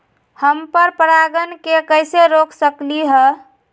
हम पर परागण के कैसे रोक सकली ह?